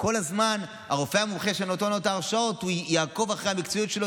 שכל הזמן הרופא המומחה שנותן לו את ההרשאות יעקוב אחרי המקצועיות שלו,